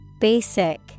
basic